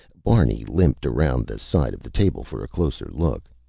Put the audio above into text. barney limped around the side of the table for a closer look.